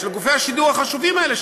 של גופי השידור החשובים האלה,